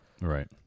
Right